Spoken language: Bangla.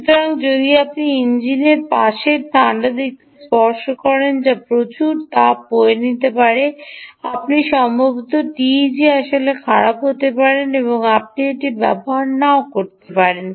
সুতরাং যদি আপনি ইঞ্জিনের পাশের ঠান্ডা দিকটি স্পর্শ করেন যা প্রচুর উত্তাপ বয়ে চলেছে তবে আপনি সম্ভবত টিইজি আসলে খারাপ হতে পারেন এবং আপনি এটি ব্যবহার নাও করতে পারেন